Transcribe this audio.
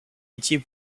étiez